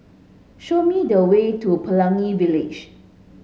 show me the way to Pelangi Village